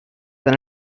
than